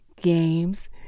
games